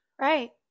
Right